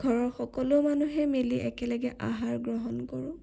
ঘৰৰ সকলো মানুহে মিলি একেলগে আহাৰ গ্ৰহণ কৰোঁ